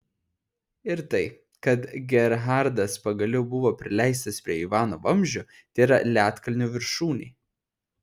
ir tai kad gerhardas pagaliau buvo prileistas prie ivano vamzdžio tėra ledkalnio viršūnė